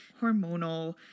hormonal